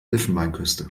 elfenbeinküste